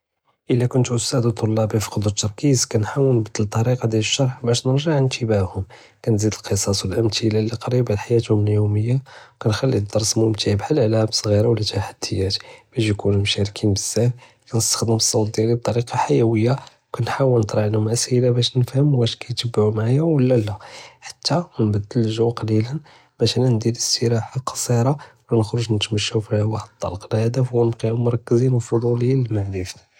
אלא קנט אסתאד ו טלבי פקדו אלתרכיז כנחאול נבדל טריקה דיאל אלשרח באש נרגע אינתבאם, כנזיד אלקוסס ו אלמתשלה לקריבה לחיאתهم אליומיה, כנחליי דרס מומתעה בחאל לעבה קטירה ו אלתחדיאת, באש יכונו משתארכין בזאף, גנסטעמל אלסאוט דיאלי בדריקה חיויה כנחאול נקרא עליהם אסאילה באש נהפם ואש קיתבעו מעיא ולא לא, חתי נבדל אלג'ו קלילא באש אנא נדי לסתיראחה כסירה ו נכרג נתמשאו פי הוואא אלטלק ו להדף קנבקו מרכזין ו פודוליין.